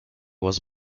was